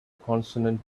consonant